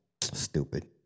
stupid